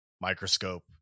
microscope